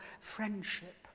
friendship